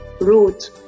root